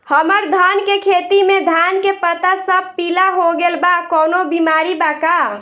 हमर धान के खेती में धान के पता सब पीला हो गेल बा कवनों बिमारी बा का?